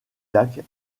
lac